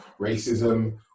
racism